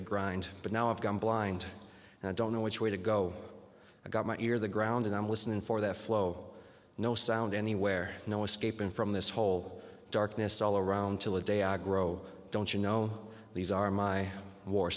to grind but now i've gone blind and i don't know which way to go i've got my ear the ground and i'm listening for that flow no sound anywhere no escaping from this whole darkness all around till the day i grow don't you know these are my war